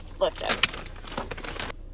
lifted